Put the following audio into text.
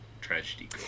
tragedy